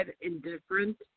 indifferent